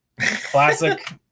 classic